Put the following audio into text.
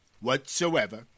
whatsoever